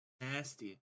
Nasty